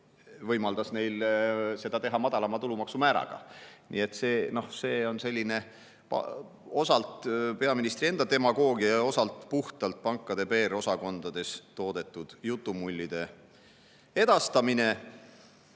võimaldas neil seda teha madalama tulumaksumääraga. Nii et see on osalt peaministri enda demagoogia ja osalt puhtalt pankade PR-osakondades toodetud jutumullide edastamine.